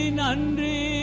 nandri